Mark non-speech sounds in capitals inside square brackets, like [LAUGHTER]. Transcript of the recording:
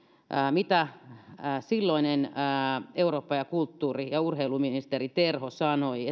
mitä silloinen eurooppa ja kulttuuri ja urheiluministeri terho sanoi [UNINTELLIGIBLE]